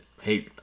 hey